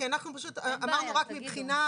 כי אנחנו פשוט אמרנו רק מבחינה,